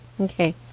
okay